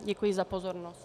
Děkuji za pozornost.